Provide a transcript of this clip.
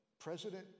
President